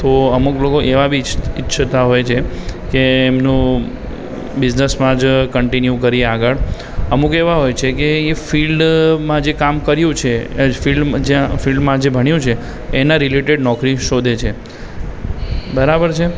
તો અમુક લોકો એવા બી ઇચ્છ ઇચ્છતા હોય છે કે એમનું બિઝનસમાં જ કન્ટિન્યૂ કરીએ આગળ અમુક એવા હોય છે કે એ ફીલ્ડમાં જે કામ કર્યું છે જ્યાં ફિલ્ડમાં જે ભણ્યું છે એના રીલેટેડ નોકરી શોધે છે બરાબર છે